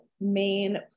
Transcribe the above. main